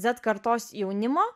z kartos jaunimo